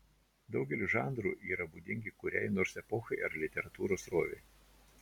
daugelis žanrų yra būdingi kuriai nors epochai ar literatūros srovei